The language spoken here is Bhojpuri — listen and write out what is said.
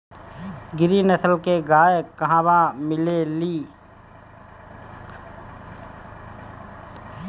गिरी नस्ल के गाय कहवा मिले लि?